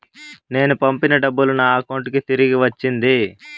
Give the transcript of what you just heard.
నేను పంపిన డబ్బులు నా అకౌంటు కి తిరిగి వచ్చింది